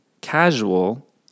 casual